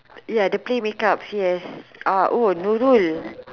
ya the play make up yes uh oh Nurul